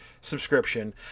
subscription